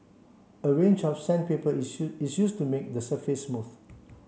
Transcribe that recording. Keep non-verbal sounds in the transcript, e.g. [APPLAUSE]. a range of sandpaper is [UNINTELLIGIBLE] is used to make the surface smooth